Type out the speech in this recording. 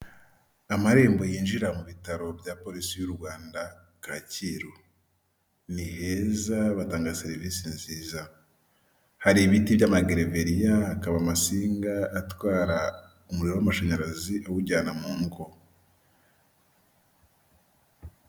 Amarembo yinjira mu bitaro bya Polisi y'u Rwanda Kacyiru, niheza batanga serivisi nziza, hari ibiti by'amagereveriya hakaba amasinga atwara umuriro w'amashanyarazi awujyana mu ngo.